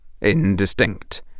indistinct